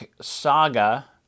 saga